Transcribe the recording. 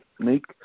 Make